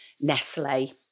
Nestle